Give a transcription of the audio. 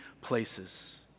places